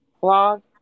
blog